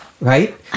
right